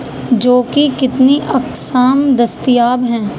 جَو کی کتنی اقسام دستیاب ہیں